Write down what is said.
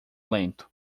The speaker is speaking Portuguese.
lento